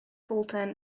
fulton